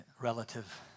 relative